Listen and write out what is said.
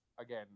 again